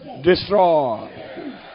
destroy